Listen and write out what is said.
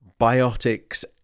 biotics